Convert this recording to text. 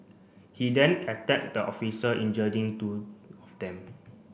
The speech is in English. he then attacked the officer injuring two of them